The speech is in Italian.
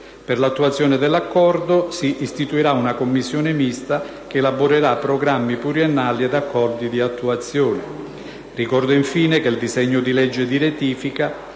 Per l'attuazione dell'Accordo, si istituirà una Commissione mista che elaborerà programmi pluriennali ed accordi di attuazione. Ricordo infine che il disegno di legge di ratifica